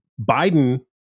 Biden